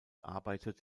arbeitet